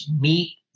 meet